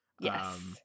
yes